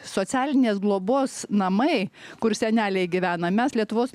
socialinės globos namai kur seneliai gyvena mes lietuvos